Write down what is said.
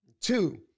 Two